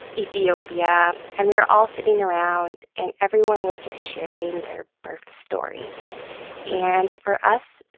ethiopia. and we were all sitting around, and everyone was just sharing their birth story and for us,